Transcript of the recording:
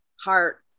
heart